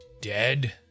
dead